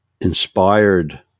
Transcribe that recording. inspired